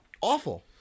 Awful